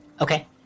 Okay